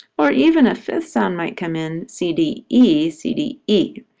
or even a fifth sound might come in c d e c d e.